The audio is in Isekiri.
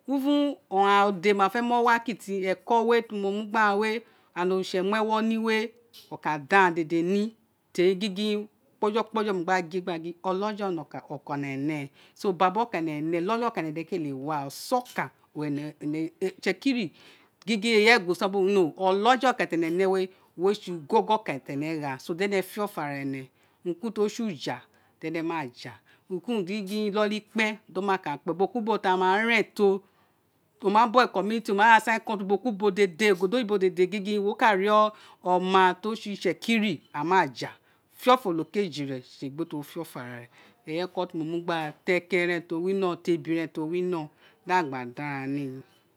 Euen aghan odé ma fe mo hoa kiti eko wé ti mo mu gbe ghan we and oritse ma ewo ni we o ke da ghan dede na teri gingin kpeje kpeje mo gba gin gbe eghan gin olo je nakani ene nee inoli aka ene kele waa o sa oka oroun ene itsekiri gin eyi eguse bi ri mo olaya ekan owun ene ne noe owun re se gogo okan ti ane ghe di ene te ofo are ane tori si uja di en maja urun gingin kpen di o ma kpen ki ubo ti ama re to o ma bo community outside country ubo ki ubo yibo dede gin wo kari oma ti o sé itsekiri a ma ja fẹ ọfọ onokeji re sé egbe wo de ofo ara rebe yi eko ti mo mu gbe aghan ti eke ren ebire oloma di aghan gba da arani